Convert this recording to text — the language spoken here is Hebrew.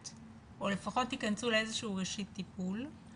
או לפחות ייכנסו לאיזה שהוא ראשית טיפול,